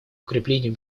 укреплению